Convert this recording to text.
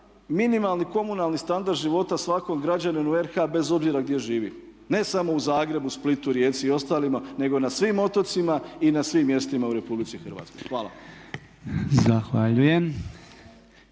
minimalni komunalni standard života svakog građanina u RH bez obzira gdje živi. Ne samo u Zagrebu, Splitu, Rijeci i ostalima nego na svim otocima i na svim mjestima u RH. Hvala.